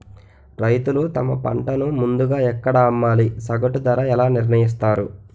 రైతులు తమ పంటను ముందుగా ఎక్కడ అమ్మాలి? సగటు ధర ఎలా నిర్ణయిస్తారు?